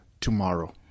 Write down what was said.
tomorrow